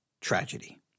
tragedy